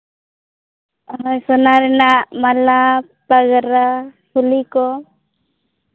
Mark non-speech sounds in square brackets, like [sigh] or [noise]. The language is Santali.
[unintelligible] ᱥᱳᱱᱟ ᱨᱮᱱᱟᱜ ᱢᱟᱞᱟ ᱯᱟᱜᱽᱨᱟ ᱯᱷᱩᱞᱤ ᱠᱚ